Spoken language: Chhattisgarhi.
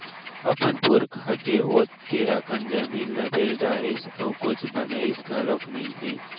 अपन पुरखा के ओतेक अकन जमीन ल बेच डारिस अउ कुछ बनइस घलोक नइ हे